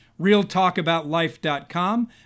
realtalkaboutlife.com